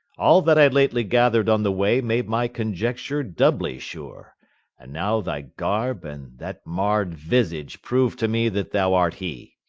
all that i lately gathered on the way made my conjecture doubly sure and now thy garb and that marred visage prove to me that thou art he.